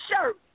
shirt